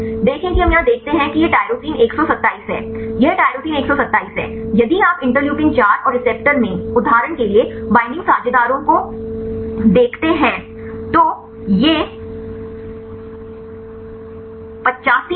देखें कि हम यहाँ देखते हैं कि यह टायरोसिन 127 है यह टायरोसिन 127 है यदि आप इंटरलेयुकिन 4 और रिसेप्टर में उदाहरण के लिए बईंडिंग साझेदारों को देखते हैं तो यह 85 arginine है